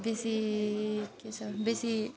बेसी के छ भने बेसी